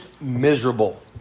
miserable